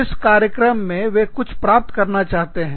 इस कार्यक्रम से वे कुछ प्राप्त करना चाहते हैं